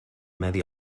medi